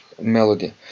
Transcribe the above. melody